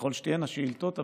ככל שתהיינה שאילתות.